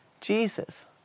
Jesus